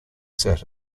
set